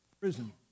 prison